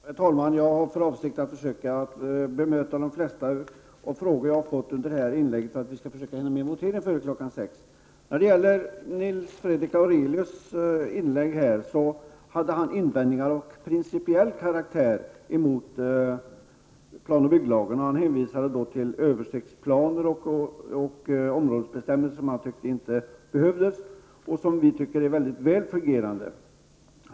Herr talman! Jag har för avsikt att försöka bemöta de flesta frågor jag har fått i det här inlägget, för vi skall försöka hinna med en votering före kl. 18.00. Nils Fredrik Aurelius hade invändningar av principiell karaktär mot plan och bygglagen. Han hänvisade till översiktsplaner och områdesbestämmelser som han inte tyckte behövdes, men som vi tycker är mycket väl fungerande.